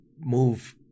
move